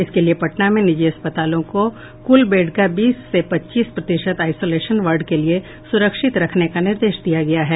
इसके लिये पटना में निजी अस्पतालों को कुल बेड का बीस से पच्चीस प्रतिशत आईसोलेशन वार्ड के लिये सुरक्षित रखने का निर्देश दिया गया है